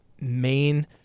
main